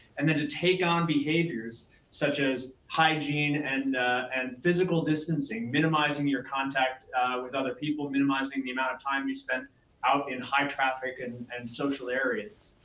and then to take on behaviors such as hygiene and and physical distancing, minimizing your contact with other people, minimizing the amount of time you spend out in high traffic and and social areas.